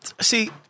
see